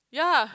ya